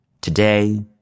Today